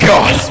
God